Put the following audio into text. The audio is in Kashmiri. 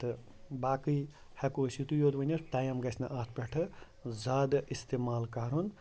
تہٕ باقٕے ہٮ۪کو أسۍ یُتُے یوت ؤنِتھ ٹایِم گژھنہٕ اَتھ پٮ۪ٹھٕ زیادٕ اِستعمال کَرُن